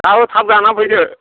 नोंहाबो थाब जाना फैदो